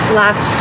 last